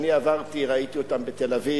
אני עברתי, ראיתי אותם בתל-אביב,